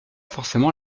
forcément